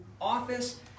office